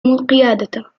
القيادة